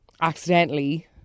accidentally